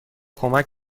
کمک